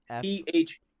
PH